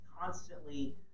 constantly